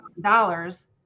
dollars